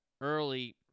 early